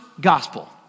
gospel